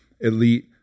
elite